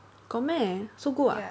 got meh so good ah